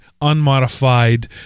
unmodified